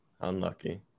Unlucky